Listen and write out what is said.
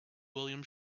william